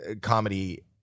comedy